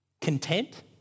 Content